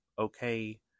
okay